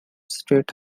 state